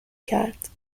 کرد